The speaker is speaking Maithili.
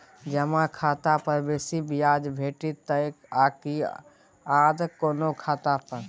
जमा खाता पर बेसी ब्याज भेटितै आकि आर कोनो खाता पर?